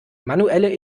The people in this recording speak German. manuelle